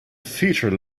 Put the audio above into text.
feature